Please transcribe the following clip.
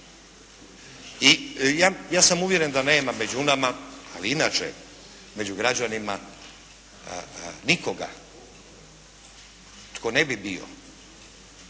I ja sam uvjeren da nema među nama, ali inače među građanima nikoga tko ne bi bio